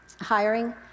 hiring